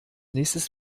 nächstes